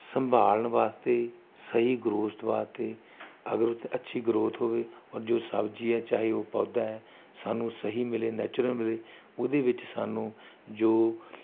ਸੰਭਾਲਣ ਵਾਸਤੇ ਸਹੀ ਗਰੋਥ ਵਾਸਤੇ ਅਗਰ ਉਸ ਦੀ ਅੱਛੀ ਗਰੋਥ ਹੋਵੇ ਔਰ ਜੋ ਸਬਜ਼ੀ ਹੈ ਚਾਹੇ ਉਹ ਪੌਦਾ ਹੈ ਸਾਨੂੰ ਸਹੀ ਮਿਲੇ ਨੈਚੂਰਲ ਮਿਲੇ ਉਹਦੇ ਵਿੱਚ ਸਾਨੂੰ ਜੋ